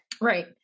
Right